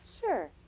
Sure